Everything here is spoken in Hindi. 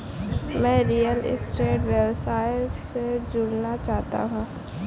मैं रियल स्टेट व्यवसाय से जुड़ना चाहता हूँ